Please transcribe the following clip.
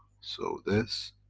so this,